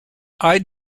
i’d